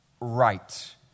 right